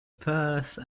purse